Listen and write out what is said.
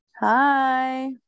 hi